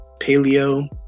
paleo